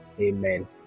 amen